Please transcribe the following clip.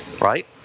Right